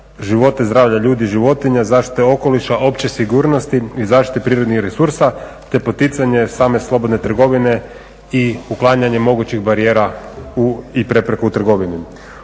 živote i zdravlja ljudi, životinja, zaštite okoliša, opće sigurnosti i zaštite prirodnih resursa te poticanje same slobodne trgovine i uklanjanje mogućih barijera i prepreku u trgovini.